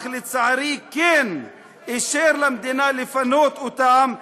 אך לצערי כן אישר למדינה לפנות אותם,